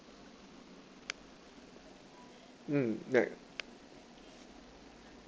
mm at